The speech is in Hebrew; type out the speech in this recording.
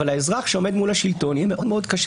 אבל לאזרח שעומד מול השלטון יהיה מאוד מאוד קשה